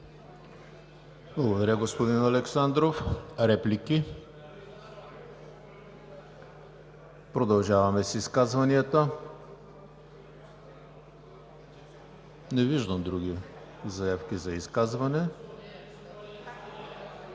Благодаря, господин Александров. Реплики? Продължаваме с изказванията. Не виждам други заявки за изказвания.